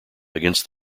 against